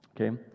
okay